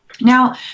Now